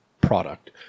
Product